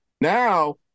Now